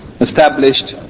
established